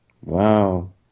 Wow